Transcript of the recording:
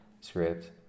script